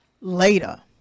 later